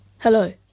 Hello